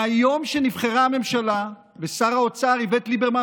מהיום שנבחרה הממשלה ושר האוצר איווט ליברמן,